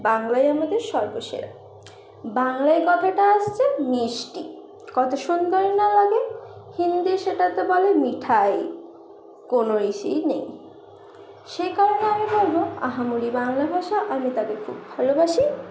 বাংলাই আমাদের সর্বসেরা বাংলায় কথাটা আসছে মিষ্টি কত সুন্দর না লাগে হিন্দি সেটাতে বলে মিঠাই কোনো ইসেই নেই সেই কারণে আমি বলবো আহা মরি বাংলা ভাষা আমি তাকে খুব ভালোবাসি